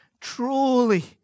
truly